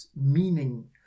meaning